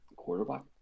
quarterback